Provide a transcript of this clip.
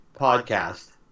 podcast